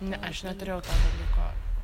ne aš neturėjau to dalyko